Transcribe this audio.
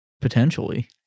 Potentially